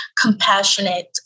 compassionate